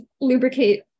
lubricate